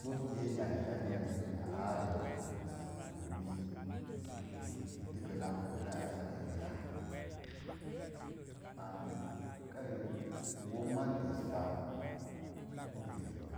Zok gə yag yan yangi a arei wee su ittiko naá komna a, ar ai rə ya an kai ko maz eles pa pi ri ari pa